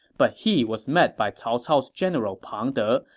but he was met by cao cao's general pang de,